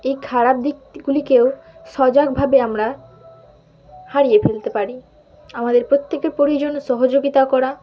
এই খারাপ দিকগুলিকেও সজাগভাবে আমরা হারিয়ে ফেলতে পারি আমাদের প্রত্যেকের প্রয়োজন সহযোগিতা করা